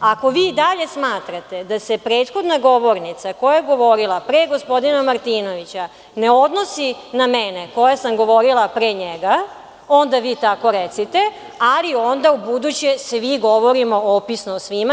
Ako vi i dalje smatrate da se prethodna govornica, koja je govorila pre gospodina Martinovića, ne odnosi na mene koja sam govorila pre njega, onda vi tako recite, ali onda ubuduće svi govorimo opisno o svima.